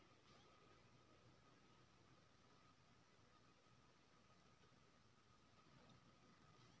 अय सँ कंपनियो के भरि ढाकी समान भेटइ छै आ गौंआ सब केँ ओकर हिस्सा भेंट जाइ छै